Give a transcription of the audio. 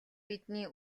бидний